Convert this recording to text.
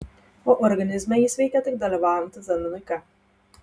o organizme jis veikia tik dalyvaujant vitaminui k